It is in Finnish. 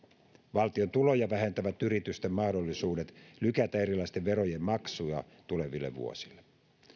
valtion tuloja vähentävät yritysten mahdollisuudet lykätä erilaisten verojen maksua tuleville vuosille